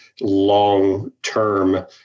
long-term